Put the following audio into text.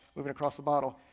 moving across the bottle,